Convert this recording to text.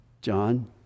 John